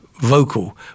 vocal